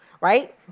right